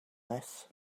this